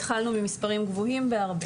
התחלנו במספרים הרבה יותר גבוהים.